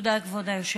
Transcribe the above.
ממשלת